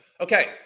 Okay